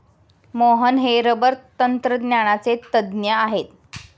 मोहन हे रबर तंत्रज्ञानाचे तज्ज्ञ आहेत